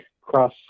cross